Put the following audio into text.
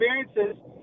experiences